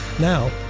Now